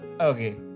okay